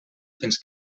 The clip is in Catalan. fins